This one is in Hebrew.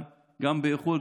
גם באיחור,